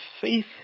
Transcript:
faith